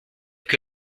que